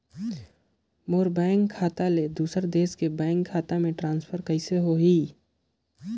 मोर bank खाता ले दुसर देश के बैंक खाता मे ट्रांसफर कइसे होही?